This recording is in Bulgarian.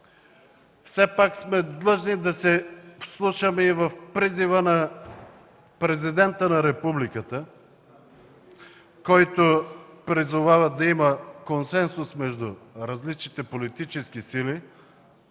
Все пак сме длъжни да се вслушаме и в призива на президента на Републиката, който призовава да има консенсус между различните политически сили.